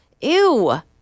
Ew